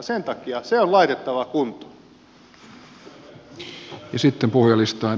sen takia se on laitettava kuntoon